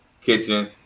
kitchen